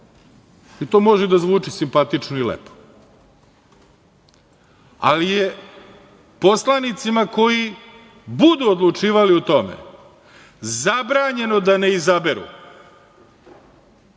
To može da zvuči simpatično i lepo, ali je poslanicima koji budu odlučivali o tome zabranjeno da ne